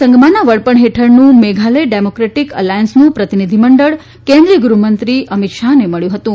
સંગમાંના વડપણ હેઠળનું મેઘાલય ડ્રેમોક્રેટીક અલાયન્સનું પ્રતિનિધિમંડળ કેન્દ્રીય ગૃહમંત્રી અમિત શાહને મળ્યું હતું